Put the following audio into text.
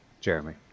Jeremy